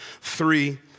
Three